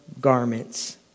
garments